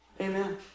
Amen